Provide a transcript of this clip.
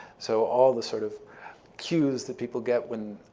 so all the sort of cues that people get when